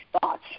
thoughts